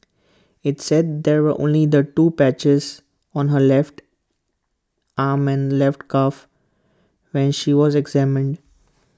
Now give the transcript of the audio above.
IT said there were only the two patches on her left arm and left calf when she was examined